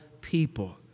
people